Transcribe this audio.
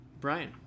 Brian